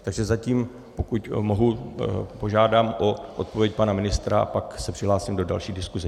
Takže zatím, pokud mohu, požádám o odpověď pana ministra a pak se přihlásím do další diskuse.